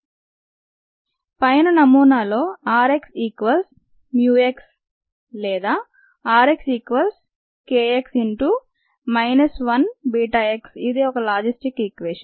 పైన నమూనాలో r x equals mu x లేదా r x equals k x into minus 1 beta x ఇది ఒక లాజిస్టిక్ ఇక్వేషన్